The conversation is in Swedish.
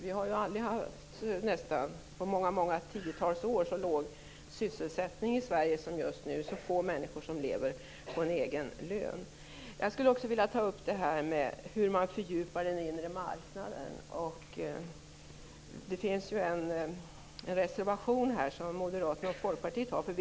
Vi har nästan inte på många tiotals år haft så låg sysselsättning i Sverige som just nu, så få människor som lever på en egen lön. Jag skulle också vilja ta upp frågan om hur man fördjupar den inre marknaden. Det finns ju en reservation från Moderaterna och Folkpartiet om det.